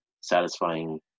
satisfying